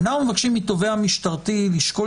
אנחנו מבקשים מהתובע המשטרתי לשקול